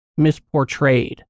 misportrayed